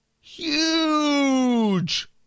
Huge